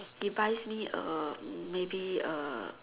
he buys me a maybe a